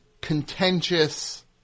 contentious